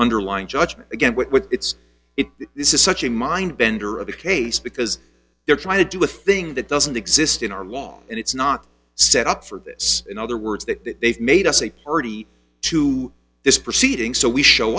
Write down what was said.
underlying judgment again when it's it this is such a mindbender of the case because they're trying to do a thing that doesn't exist in our law and it's not set up for this in other words that they've made us a party to this proceeding so we show